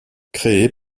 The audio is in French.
créé